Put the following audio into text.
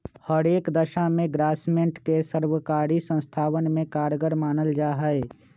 हर एक दशा में ग्रास्मेंट के सर्वकारी संस्थावन में कारगर मानल जाहई